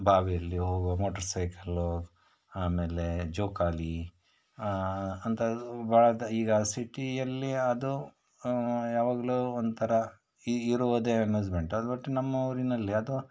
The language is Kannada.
ಬಾವಿಯಲ್ಲಿ ಹೋಗೋ ಮೋಟ್ರು ಸೈಕಲ್ಲು ಆಮೇಲೆ ಜೋಕಾಲಿ ಅಂಥ ಭಾಳ ದ ಈಗ ಸಿಟಿಯಲ್ಲಿ ಅದು ಯಾವಾಗಲೂ ಒಂಥರ ಈಗ ಇರುವುದೇ ಅಮ್ಯೂಸ್ಮೆಂಟ್ ಅದುಬಿಟ್ಟು ನಮ್ಮ ಊರಿನಲ್ಲಿ ಅದು